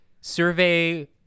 survey